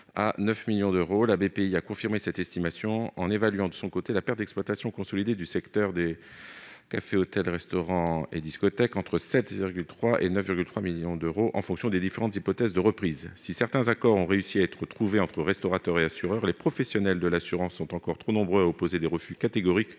à 9 milliards d'euros. Bpifrance a confirmé cette estimation, en évaluant, de son côté, la perte d'exploitation consolidée du secteur des cafés, hôtels, restaurants et discothèques entre 7,3 milliards et 9,3 milliards d'euros, en fonction des différentes hypothèses de reprise. Si certains accords ont pu être trouvés entre restaurateurs et assureurs, les professionnels de l'assurance sont encore trop nombreux à opposer des refus catégoriques